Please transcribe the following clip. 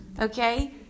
Okay